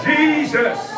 Jesus